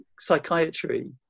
psychiatry